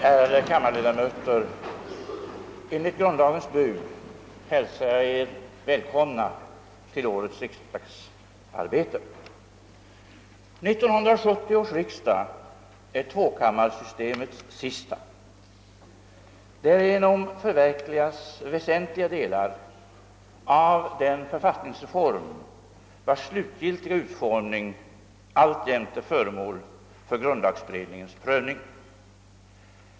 Ärade <:kammarledamöter! = Enligt grundlagens bud hälsar jag er välkomna till årets riksdagsarbete. 1970 års riksdag är tvåkammarsystemets sista. Genom enkammarsystemets införande förverkligas väsentliga delar av den författningsreform, vars slutgiltiga utformning alltjämt är föremål för grundlagberedningens prövning.